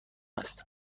است